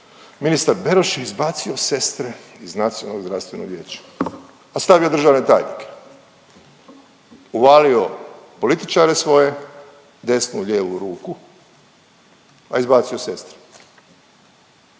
ministar Beroš je izbacio sestre iz Nacionalnog zdravstvenog vijeća, a stavio državne tajnike. Uvalio političare svoje, desnu, lijevu ruku a izbacio sestre.